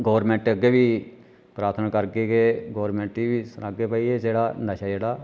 government अग्गें बी प्रार्थना करगे कि गौरमैंट गी बी सनागे भाई एह् जेह्ड़ा नशा जेह्ड़ा